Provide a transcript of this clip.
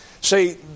See